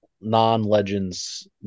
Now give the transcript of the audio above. non-Legends